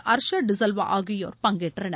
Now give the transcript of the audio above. ஹர்ஷா டிசல்வா ஆகியோர் பங்கேற்றனர்